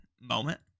moment